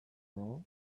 all